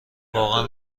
واقعا